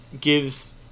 gives